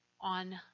on